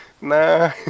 Nah